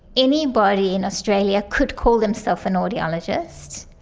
anybody in australia could call themselves an audiologist.